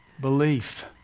Belief